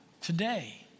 Today